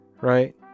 right